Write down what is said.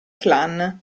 clan